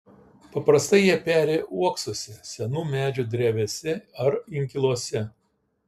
paprastai jie peri uoksuose senų medžių drevėse ar inkiluose